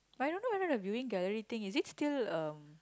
I don't know whether the viewing gallery thing is it still